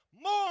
More